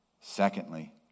Secondly